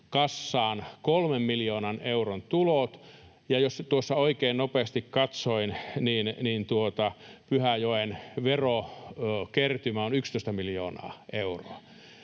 kassaan 3 miljoonan euron tulot. Jos tuossa nopeasti oikein katsoin, niin Pyhäjoen verokertymä on 11 miljoonaa euroa.